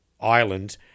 island